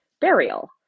burial